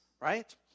right